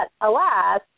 alas